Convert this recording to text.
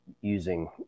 using